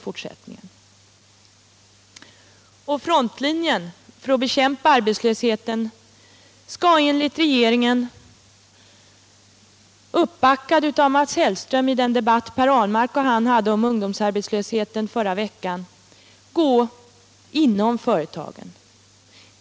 Frontlinjen för att bekämpa arbetslösheten skall enligt regeringen — uppbackad av Mats Hellström i den debatt som han i förra veckan hade med Per Ahlmark om ungdomsarbetslösheten — gå inom företagen.